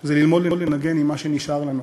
זה ללמוד לנגן עם מה שנשאר לנו".